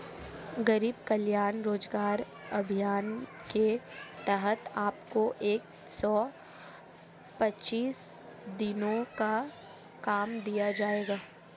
गरीब कल्याण रोजगार अभियान के तहत आपको एक सौ पच्चीस दिनों का काम दिया जाएगा